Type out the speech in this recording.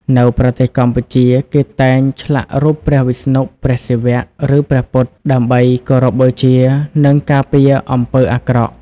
នៅប្រទេសកម្ពុជា គេតែងឆ្លាក់រូបព្រះវិស្ណុ ព្រះសិវៈ ឬព្រះពុទ្ធ ដើម្បីគោរពបូជា និងការពារអំពើអាក្រក់។